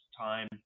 time